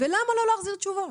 ולמה לא להחזיר תשובות?